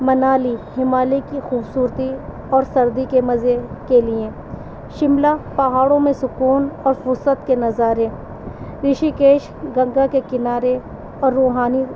منالی ہمالیہ کی خوبصورتی اور سردی کے مزے کے لیے شملہ پہاڑوں میں سکون اور فرصت کے نظارے رشی کیش گنگا کے کنارے اور روحانی